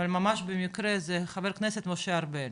אבל ממש במקרה הוא חבר הכנסת משה ארבל.